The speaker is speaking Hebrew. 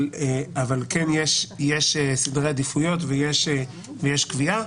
אבל כן יש סדרי עדיפויות ויש קביעה.